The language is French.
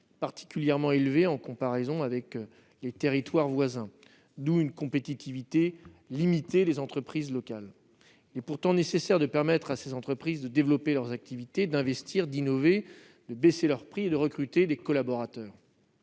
: son niveau élevé, en comparaison des territoires voisins, limite la compétitivité des entreprises locales. Il est pourtant nécessaire de permettre à ces entreprises de développer leurs activités, d'investir, d'innover, de baisser leurs prix et de recruter des collaborateurs.